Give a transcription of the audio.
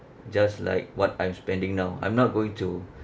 just like what I'm spending now I'm not going to